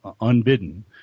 unbidden